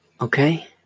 okay